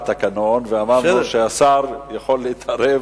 אבל להכניס עוד, למדינת פלסטין?